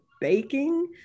baking